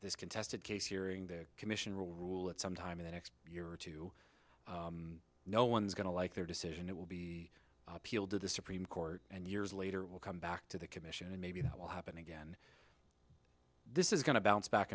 contested case hearing the commission will rule at some time in the next year or two no one's going to like their decision it will be appealed to the supreme court and years later it will come back to the commission and maybe that will happen again this is going to bounce back